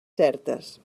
certes